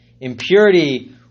impurity